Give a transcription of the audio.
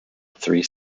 three